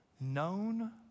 known